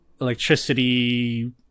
electricity